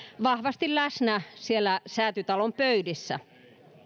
vahvasti läsnä säätytalon pöydissä